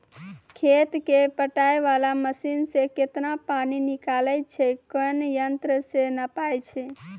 खेत कऽ पटाय वाला मसीन से केतना पानी निकलैय छै कोन यंत्र से नपाय छै